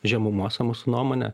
žemumose mūsų nuomone